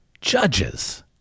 judges